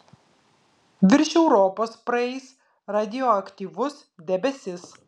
virš europos praeis radioaktyvus debesis